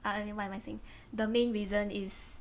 e~ what am I saying the main reason is